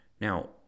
now